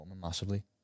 massively